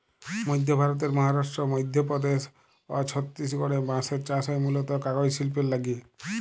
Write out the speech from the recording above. মইধ্য ভারতের মহারাস্ট্র, মইধ্যপদেস অ ছত্তিসগঢ়ে বাঁসের চাস হয় মুলত কাগজ সিল্পের লাগ্যে